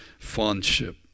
fondship